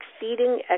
Exceeding